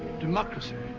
democracy,